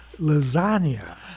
lasagna